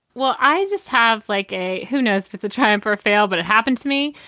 well, i just have like a who knows if it's a triumph or a fail, but it happened to me.